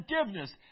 forgiveness